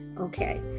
okay